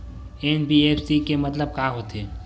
NBFC के मतलब का होथे?